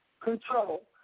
control